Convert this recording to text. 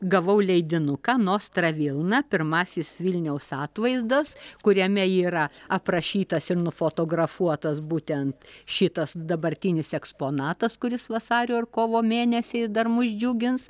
gavau leidinuką nostra vilna pirmasis vilniaus atvaizdas kuriame yra aprašytas ir nufotografuotas būtent šitas dabartinis eksponatas kuris vasario ir kovo mėnesiais dar mus džiugins